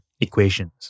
equations